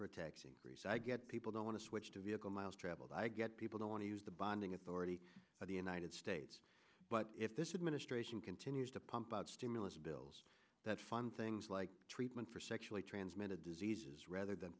a tax increase i get people don't want to switch to vehicle miles traveled i get people who want to use the bonding authority of the united states but if this administration continues to pump out stimulus bills that fun things like treatment for sexually transmitted diseases rather than